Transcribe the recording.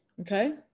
okay